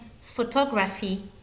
photography